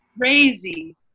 crazy